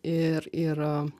ir ir